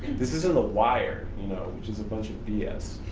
this isn't the wire you know which is a bunch of b s.